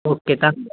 okay ਧੰਨਵਾਦ